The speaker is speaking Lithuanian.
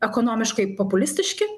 ekonomiškai populistiški